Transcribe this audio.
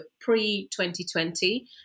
pre-2020